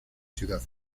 ciudad